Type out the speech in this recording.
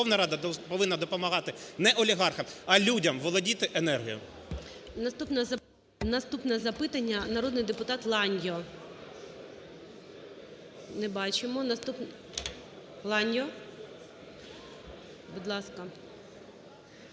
Наступне запитання - народний депутатЛаньо. Не бачимо. Ланьо? Будь ласка.